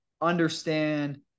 understand